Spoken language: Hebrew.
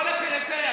כל הפריפריה,